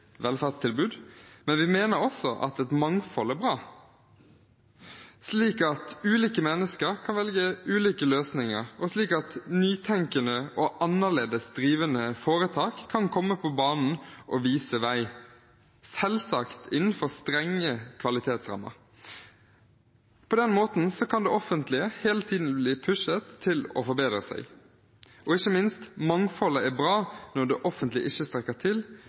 velferdstilbud, men vi mener også at et mangfold er bra, slik at ulike mennesker kan velge ulike løsninger, og slik at nytenkende og annerledes drevne foretak kan komme på banen og vise vei – selvsagt innenfor strenge kvalitetsrammer. På den måten kan det offentlige hele tiden bli pushet til å forbedre seg, og ikke minst er mangfoldet bra når det offentlige ikke strekker til